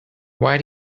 why